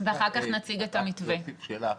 שאלה אחת,